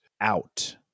out